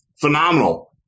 phenomenal